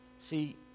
See